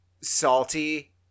salty